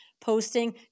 posting